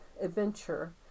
adventure